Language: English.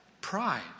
pride